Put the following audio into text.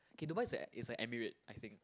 okay Dubai is e~ is a Emirate I think